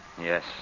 Yes